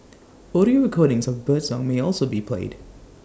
audio recordings of birdsong may also be played